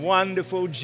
Wonderful